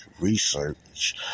research